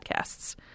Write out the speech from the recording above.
podcasts